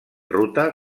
ruta